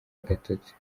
agatotsi